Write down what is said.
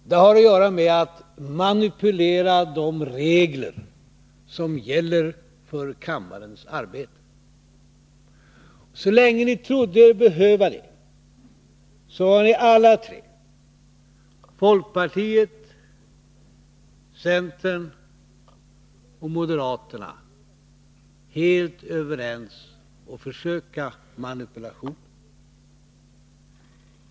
Det har att göra med att manipulera de regler som gäller för kammarens arbete. Så länge ni trodde er behöva det, var ni alla tre — folkpartiet, centern och moderaterna — helt överens om att försöka med manipulationen.